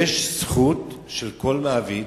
יש זכות של כל מעביד,